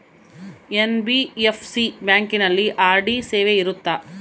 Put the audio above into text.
NBFC ಬ್ಯಾಂಕಿನಲ್ಲಿ RD ಸೇವೆ ಇರುತ್ತಾ?